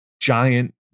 giant